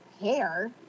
hair